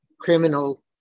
criminal